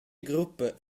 gruppa